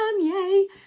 Yay